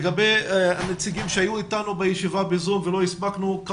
לגבי הנציגים שהיו אתנו בישיבה ב-זום ולא הספקנו לשמוע אותם,